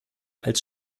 als